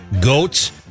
Goats